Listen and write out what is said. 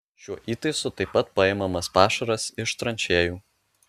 šiuo įtaisu taip pat paimamas pašaras iš tranšėjų